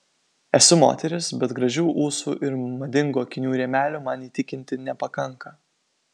esu moteris bet gražių ūsų ir madingų akinių rėmelių man įtikinti nepakanka